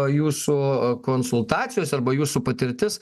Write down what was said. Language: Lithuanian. jūsų konsultacijos arba jūsų patirtis